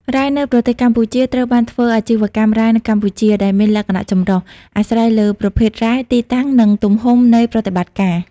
រ៉ែនៅប្រទេសកម្ពុជាត្រូវបានធ្វើអាជីវកម្មរ៉ែនៅកម្ពុជា ដែលមានលក្ខណៈចម្រុះ អាស្រ័យលើប្រភេទរ៉ែ ទីតាំង និងទំហំនៃប្រតិបត្តិការ។